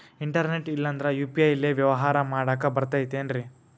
Internet ಇಲ್ಲಂದ್ರ UPI ಲೇ ವ್ಯವಹಾರ ಮಾಡಾಕ ಬರತೈತೇನ್ರೇ?